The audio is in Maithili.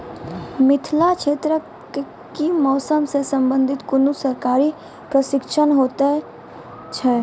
मिथिला क्षेत्रक कि मौसम से संबंधित कुनू सरकारी प्रशिक्षण हेतु छै?